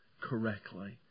correctly